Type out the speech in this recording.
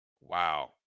Wow